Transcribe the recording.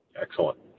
Excellent